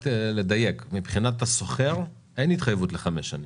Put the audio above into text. מבחינת השוכר אין התחייבות לחמש שנים,